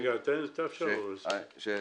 תאפשר לו לסיים.